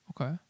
Okay